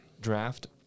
draft